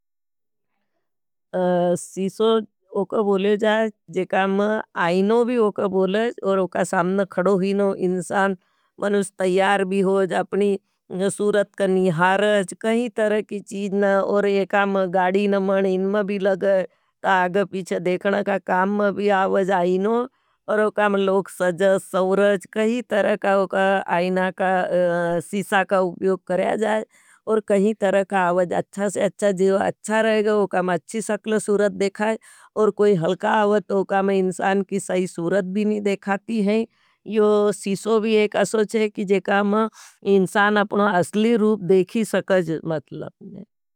सिसो वो को बोले जाएँ, आईनो भी वो को बोले जाएँ और वो का सामन खड़ो हीनो इनसान। मनुस्त तयार भी हो जाएँ, अपनी सूरत का निहार जाएँ। कहीं तरह की चीज़ न और ये काम गाड़ी न मनें इन में भी लगएँ। ता आग पीछे देखना का काम में भी आवज। आइनो और ओका लोग सज्जा सव्रत कई तरह का ओखा आईना का सीसा का उपयोग कराया जात। और कई तरह का आवज अच्छा से अच्छा जेवा अच्छा रहे गए, वो काम अच्छी सकल सूरत देखाएं। और कोई हलका आवत वो काम इनसान की सई सूरत भी नहीं देखाती हैं। यो सिसो भी एक अशो छे की जे काम इनसान अपनो असली रूप देखी सकज मतलब।